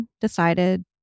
decided